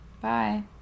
Bye